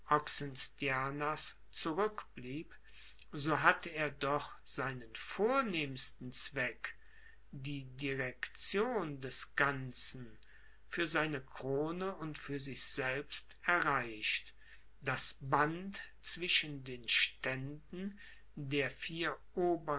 zurückblieb so hatte er doch seinen vornehmsten zweck die direktion des ganzen für seine krone und für sich selbst erreicht das band zwischen den ständen der vier